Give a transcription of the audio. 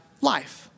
life